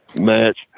match